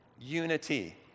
Unity